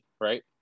right